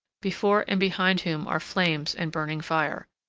before and behind whom are flames and burning fire.